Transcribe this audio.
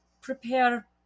prepare